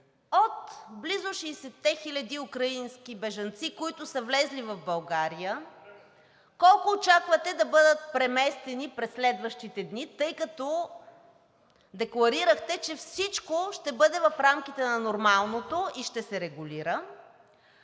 От близо 60-те хиляди украински бежанци, които са влезли в България, колко очаквате да бъдат преместени през следващите дни, тъй като декларирахте, че всичко ще бъде в рамките на нормалното и ще се регулира?